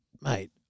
mate